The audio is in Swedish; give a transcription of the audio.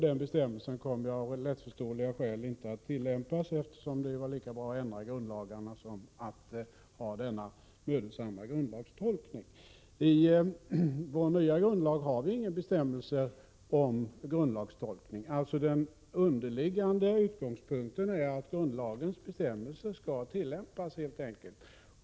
Denna bestämmelse kom av lättförståeliga skäl inte att tillämpas — man kunde lika gärna ändra grundlagarna om man måste ha denna mödosamma grundlagstolkning. I vår nya grundlag har vi ingen bestämmelse om grundlagstolkning. Den underliggande utgångspunkten är helt enkelt att grundlagens bestämmelser skall tillämpas.